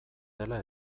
dela